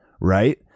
Right